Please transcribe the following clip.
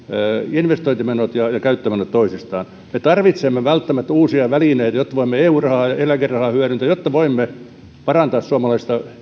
investointimenot ja käyttömenot toisistaan me tarvitsemme välttämättä uusia välineitä jotta voimme eu rahaa ja eläkerahaa hyödyntää jotta voimme parantaa suomalaista